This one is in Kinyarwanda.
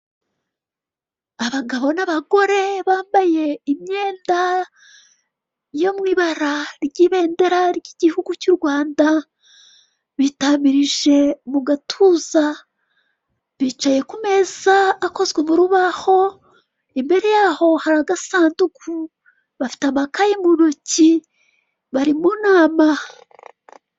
Abagabo n'abagore bambaye imyenda yo mu ibara ry'ibendera ry'igihugu cy'u Rwanda, bitamirije mugatuza. Bicaye ku meza akozwe murubaho imbere yaho hari agasanduku. Bafite amakayi mu ntoki, bari mu nama.